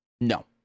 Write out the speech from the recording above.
No